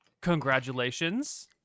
Congratulations